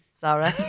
Sorry